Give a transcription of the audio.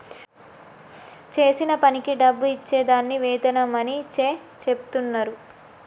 చేసిన పనికి డబ్బు ఇచ్చే దాన్ని వేతనం అని చెచెప్తున్నరు